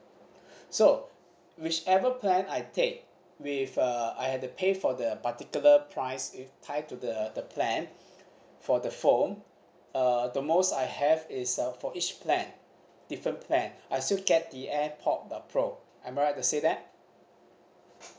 so whichever plan I take with uh I have to pay for the particular price it tie to the the plan for the phone uh the most I have is uh for each plan different plan I still get the airpod uh pro am I right to say that